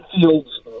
Fields